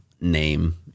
name